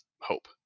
hope